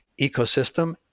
ecosystem